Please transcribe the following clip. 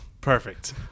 Perfect